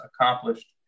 accomplished